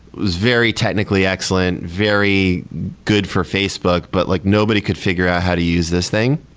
was very technically excellent, very good for facebook, but like nobody could figure out how to use this thing.